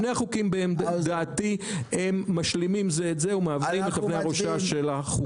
שני החוקים לדעתי משלימים זה את זה ומהווים אבן ראשה של החוקה הישראלית.